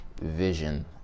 vision